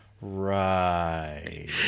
right